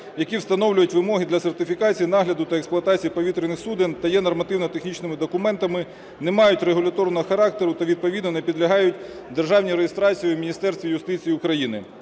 які встановлюють вимоги для сертифікації, нагляду та експлуатації повітряних суден та є нормативно-технічними документами, не мають регуляторного характеру та відповідно не підлягають державній реєстрації в Міністерстві юстиції України.